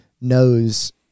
knows